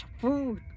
food